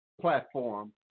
platform